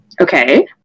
Okay